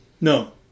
No